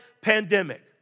pandemic